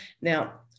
now